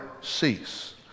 cease